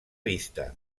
vista